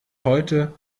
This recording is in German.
heute